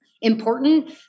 important